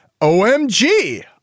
OMG